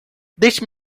deixe